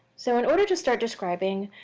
so in order to start describing,